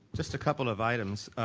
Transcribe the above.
just a couple of items,